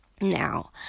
Now